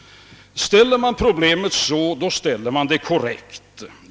Ställer man problemet så, ställer man det korrekt.